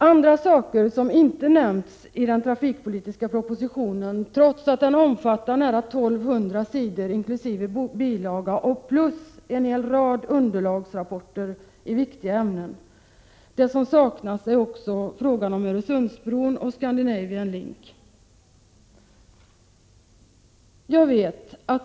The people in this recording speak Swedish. Andra saker som inte har nämnts i den trafikpolitiska propositionen, trots att den omfattar nära 1 200 sidor, inkl. bilaga plus en hel rad underlagsrapporter i viktiga ämnen, är frågan om Öresundsbron och frågan om Scandinavian Link.